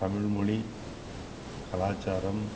தமிழ்மொழி கலாச்சாரம்